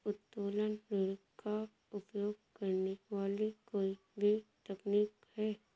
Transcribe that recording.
उत्तोलन ऋण का उपयोग करने वाली कोई भी तकनीक है